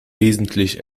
wesentlich